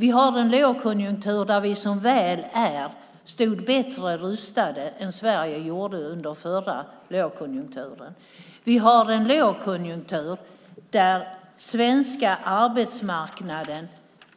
Vi har en lågkonjunktur där vi som väl är stod bättre rustade än Sverige gjorde under den förra lågkonjunkturen. Vi har en lågkonjunktur där den svenska arbetsmarknaden